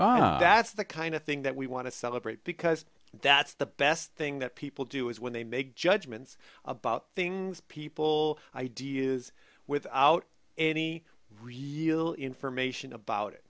yeah that's the kind of thing that we want to celebrate because that's the best thing that people do is when they make judgments about things people ideas without any review information about it